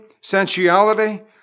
Sensuality